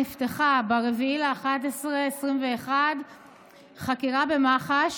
נפתחה ב-4 בנובמבר 2021 חקירה במח"ש,